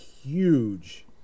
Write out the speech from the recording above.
huge